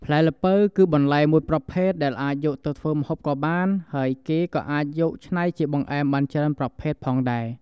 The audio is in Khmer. ផ្លែល្ពៅ គឺបន្លែមួយប្រភេទដែលអាចយកទៅធ្វើម្ហូបក៏បាន ហើយគេក៏អាចយកច្នៃជាបង្អែមបានជាច្រើនប្រភេទផងដែរ។